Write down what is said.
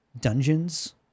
dungeons